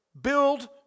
build